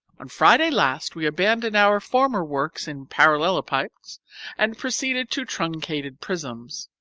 on friday last we abandoned our former works in parallelopipeds and proceeded to truncated prisms.